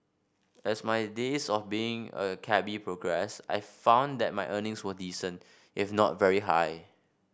as my days of being a cabby progressed I found that my earnings were decent if not very high